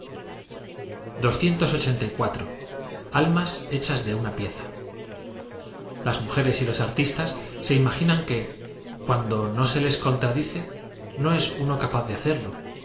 y pueril lmas ktchas de una pieza l as mujeres y loa artistas se imaginan que cuando no se les contradice no es uno capaz de hacerlo